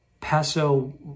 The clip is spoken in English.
Paso